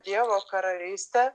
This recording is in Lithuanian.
dievo karalystę